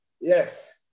Yes